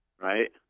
right